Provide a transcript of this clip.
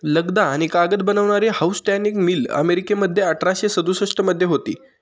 लगदा आणि कागद बनवणारी हाऊसटॉनिक मिल अमेरिकेमध्ये अठराशे सदुसष्ट मध्ये होती